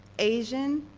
asian,